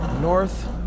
North